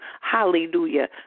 hallelujah